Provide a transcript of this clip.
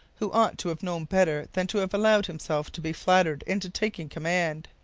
who ought to have known better than to have allowed himself to be flattered into taking command.